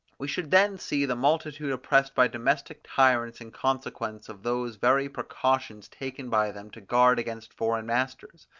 we should then see the multitude oppressed by domestic tyrants in consequence of those very precautions taken by them to guard against foreign masters.